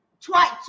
twice